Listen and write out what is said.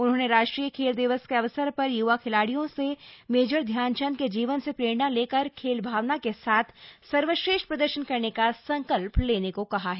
उन्होंने राष्ट्रीय खेल दिवस के अवसर पर य्वा खिलाड़ीयों से मेजर ध्यान चंद के जीवन से प्रेरणा लेकर खेल भावना के साथ सर्वश्रेष्ठ प्रदर्शन करने का संकल्प लेने को कहा है